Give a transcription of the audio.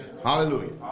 Hallelujah